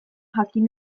jakin